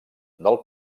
del